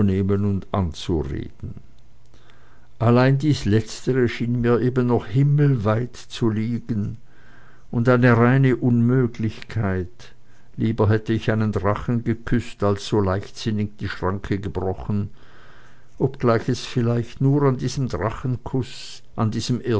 nehmen und anzureden allein dies letztere schien mir eben noch himmelweit zu liegen und eine reine unmöglichkeit lieber hätte ich einen drachen geküßt als so leichtsinnig die schranke gebrochen obgleich es vielleicht nur an diesem drachenkuß an diesem